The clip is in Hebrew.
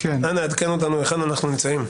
אנא עדכן אותנו היכן אנחנו נמצאים.